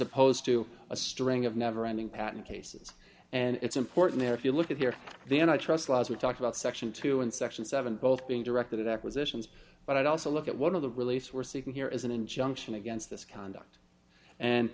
opposed to a string of never ending patent cases and it's important if you look at here then i trust law as we talked about section two and section seven both being directed at acquisitions but i'd also look at one of the release we're seeking here is an injunction against this conduct and